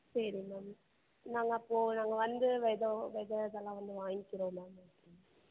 சரி மேம் நாங்கள் அப்போது நாங்கள் வந்து வெதை வெதை இதெல்லாம் வந்து வாங்கிக்கிறோம் மேம் உங்கள்கிட்டையே